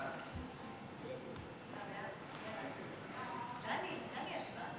סעיפים 1 5 נתקבלו.